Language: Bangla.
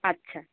আচ্ছা